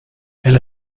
elle